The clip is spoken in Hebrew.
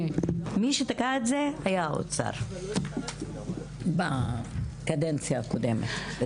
מי שתקע את זה היה האוצר בקדנציה הקודמת.